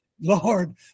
Lord